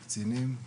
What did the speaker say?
קצינים,